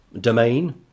domain